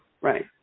Right